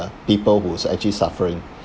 people who's actually suffering